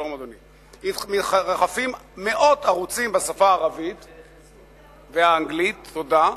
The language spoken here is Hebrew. שלום, אדוני, בשפה הערבית והאנגלית, תודה,